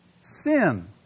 Sin